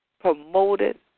promoted